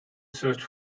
search